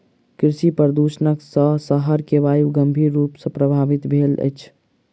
कृषि प्रदुषण सॅ शहर के वायु गंभीर रूप सॅ प्रभवित भेल अछि